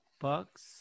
Bucks